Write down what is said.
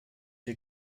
dir